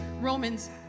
Romans